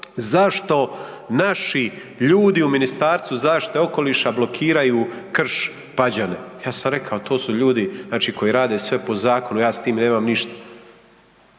zašto naši ljudi u Ministarstvu zaštite okoliša blokiraju Krš Pađane, ja sam rekao to su ljudi znači koji rade sve po zakonu, ja s tim nemam ništa.